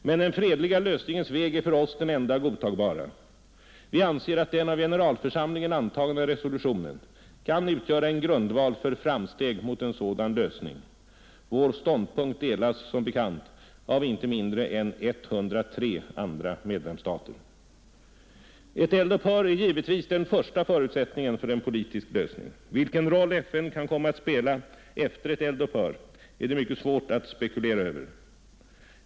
Men den fredliga lösningens väg är för oss den enda godtagbara. Vi anser att den av generalförsamlingen antagna resolutionen kan utgöra en grundval för framsteg mot en sådan lösning. Vår ståndpunkt delas som bekant av inte mindre än 103 andra medlemsstater. Ett eld-upphör är givetvis den första förutsättningen för en politisk lösning. Vilken roll FN kan komma att spela efter ett eld-upphör är det mycket svårt att spekulera över.